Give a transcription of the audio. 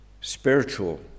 spiritual